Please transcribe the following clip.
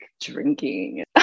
drinking